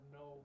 no